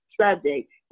subject